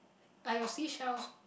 by your sea shells